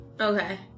Okay